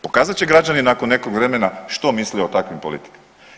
Pokazat će građani nakon nekog vremena što misle o takvim politikama.